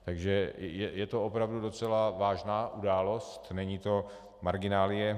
Takže je to opravdu docela vážná událost, není to marginálie.